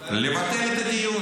אולי הוא --- לבטל את הדיון.